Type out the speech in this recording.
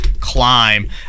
climb